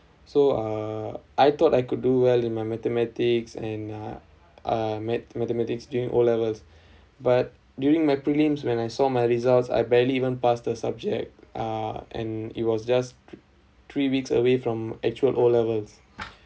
so uh I thought I could do well in my mathematics and uh uh math mathematics during O levels but during my prelims when I saw my results I barely even pass the subject uh and it was just three weeks away from actual O levels